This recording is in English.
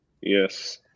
Yes